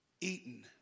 eaten